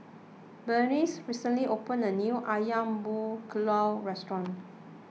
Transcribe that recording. Beatrice recently opened a new Ayam Buah Keluak Restaurant